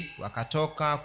wakatoka